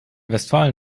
westfalen